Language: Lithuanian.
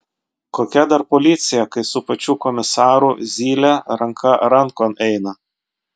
kokia dar policija kai su pačiu komisaru zylė ranka rankon eina